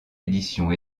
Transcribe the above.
édition